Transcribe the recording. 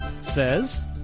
says